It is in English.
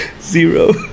Zero